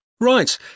Right